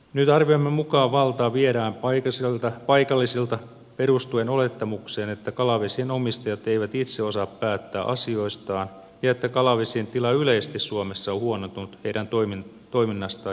nyt arviomme mukaan valta viedään paikallisilta perustuen olettamukseen että kalavesien omistajat eivät itse osaa päättää asioistaan ja että kalavesien tila yleisesti suomessa on huonontunut heidän toiminnastaan johtuen